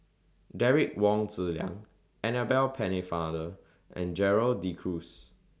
Derek Wong Zi Liang Annabel Pennefather and Gerald De Cruz